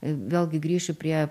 vėlgi grįšiu prie